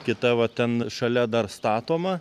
kita va ten šalia dar statoma